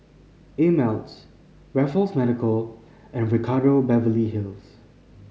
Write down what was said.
Ameltz Raffles Medical and Ricardo Beverly Hills